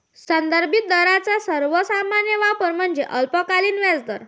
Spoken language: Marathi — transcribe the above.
संदर्भित दरांचा सर्वात सामान्य वापर म्हणजे अल्पकालीन व्याजदर